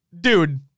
dude